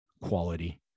quality